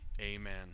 Amen